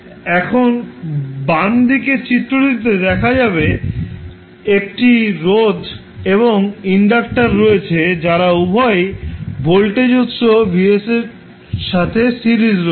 এখন বাম দিকে চিত্রটিতে দেখা যাবে একটি রোধ এবং ইন্ডাক্টার রয়েছে যারা উভয়ই ভোল্টেজ উত্স Vs এর সাথে সিরিজে রয়েছে